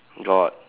got